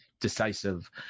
decisive